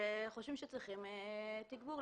שחושבים שצריכים תגבור.